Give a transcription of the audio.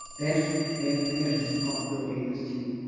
management i mean management's responsibility is to.